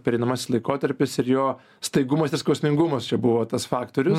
pereinamasis laikotarpis ir jo staigumas ir skausmingumas čia buvo tas faktorius